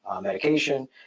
medication